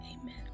Amen